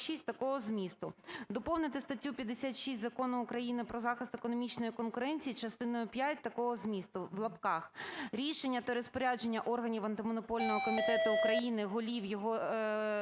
доповнити статтю 56 Закону України "Про захист економічної конкуренції" частиною п'ять такого змісту: (в лапках) "рішення та розпорядження органів Антимонопольного комітету України, голів його територіальних